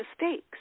mistakes